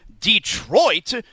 Detroit